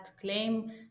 claim